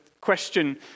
question